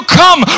come